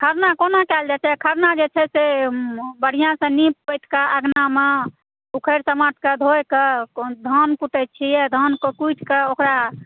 खरना कोना कएल जाइ छै खरना जे छै से बढ़िऑं सँ नीप पोति कऽ अंगनामे उखरि समाठके धोय कऽ धान कुटै छियै धानके कुटि कऽ ओकरा